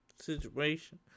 situation